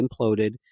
imploded